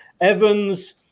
Evans